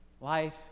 Life